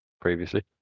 previously